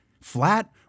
flat